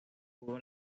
pudo